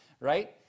Right